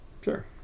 Sure